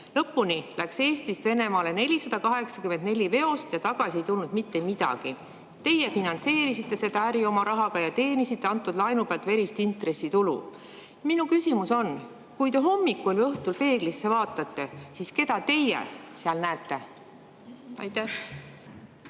lõpuni läks Eestist Venemaale 484 veost ja tagasi ei tulnud mitte midagi. Teie finantseerisite seda äri oma rahaga ja teenisite antud laenu pealt verist intressitulu. Minu küsimus on: kui te hommikul ja õhtul peeglisse vaatate, siis keda teie seal näete? Kaja